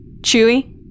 Chewie